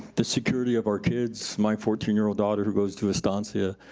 the security of our kids, my fourteen year old daughter who goes to astansia,